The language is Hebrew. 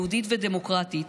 יהודית ודמוקרטית,